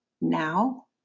Now